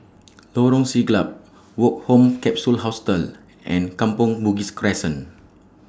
Lorong Siglap Woke Home Capsule Hostel and Kampong Bugis Crescent